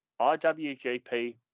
IWGP